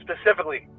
specifically